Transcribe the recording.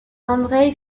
andreï